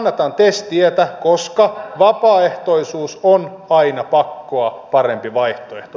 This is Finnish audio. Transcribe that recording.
kannatan tes tietä koska vapaaehtoisuus on aina pakkoa parempi vaihtoehto